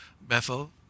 Bethel